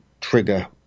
trigger